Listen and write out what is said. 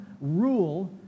rule